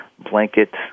blanket